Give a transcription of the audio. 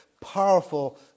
powerful